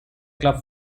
club